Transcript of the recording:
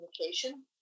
communication